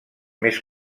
més